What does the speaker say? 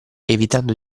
evitando